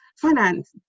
finance